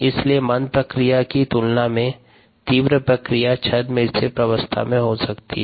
इसलिए मंद प्रक्रिया की तुलना में तीव्र प्रक्रिया छद्म स्थिर प्रवस्था में हो सकती है